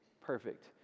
perfect